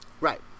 Right